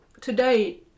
today